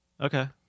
Okay